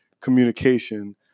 communication